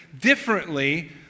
differently